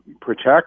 protect